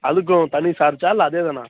அதுக்கும் தனி சார்ஜா இல்லை அதே தானா